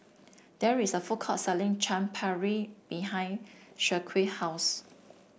there is a food court selling Chaat Papri behind Shaquille house